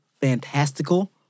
fantastical